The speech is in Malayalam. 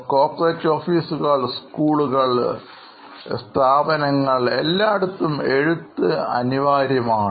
കോർപ്പറേറ്റ് ഓഫീസുകൾ സ്ഥാപനങ്ങൾ സ്കൂളുകൾ എല്ലായിടത്തും എഴുത്ത് അനിവാര്യമാണ്